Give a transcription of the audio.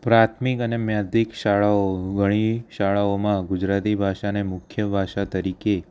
પ્રાથમિક અને માધ્યધિક શાળાઓ ઘણી શાળાઓમાં ગુજરાતી ભાષાને મુખ્ય ભાષા તરીકે